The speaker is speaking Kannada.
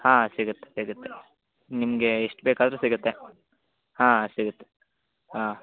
ಹಾಂ ಸಿಗುತ್ತೆ ಸಿಗುತ್ತೆ ನಿಮಗೆ ಎಷ್ಟು ಬೇಕಾದ್ರೂ ಸಿಗುತ್ತೆ ಹಾಂ ಸಿಗುತ್ತೆ ಹಾಂ